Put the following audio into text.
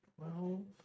Twelve